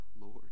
Lord